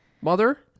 Mother